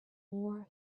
more